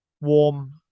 warm